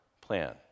plan